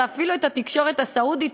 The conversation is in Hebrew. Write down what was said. ואפילו את התקשורת הסעודית,